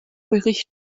bericht